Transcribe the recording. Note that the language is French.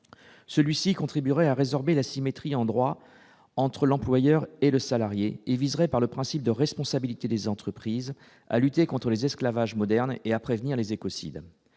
celui-ci contribuerait à résorber la asymétrie endroits entre l'employeur et le salarié il viserait par le principe de responsabilité des entreprises à lutter contre les esclavages modernes et à prévenir les écosystèmes